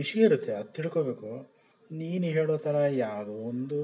ವಿಷಯ ಇರುತ್ತೆ ಅದು ತಿಳ್ಕೊಬೇಕು ನೀನು ಹೇಳೋ ಥರ ಯಾವ್ದೋ ಒಂದು